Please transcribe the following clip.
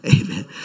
Amen